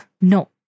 no